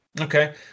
Okay